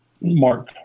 Mark